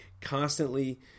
constantly